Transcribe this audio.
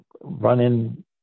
running